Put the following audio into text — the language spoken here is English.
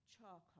charcoal